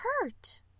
hurt